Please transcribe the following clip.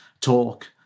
talk